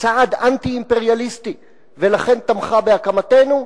צעד אנטי-אימפריאליסטי ולכן תמכה בהקמתנו,